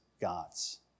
God's